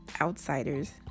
outsiders